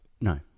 No